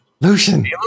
Lucian